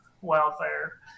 wildfire